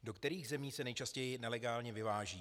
Do kterých zemí se nejčastěji nelegálně vyváží?